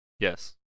Yes